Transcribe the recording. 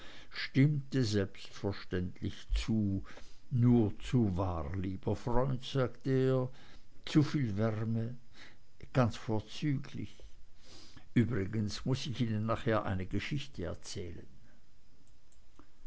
stimmte selbstverständlich zu nur zu wahr lieber freund sagte er zuviel wärme ganz vorzüglich übrigens muß ich ihnen nachher eine geschichte erzählen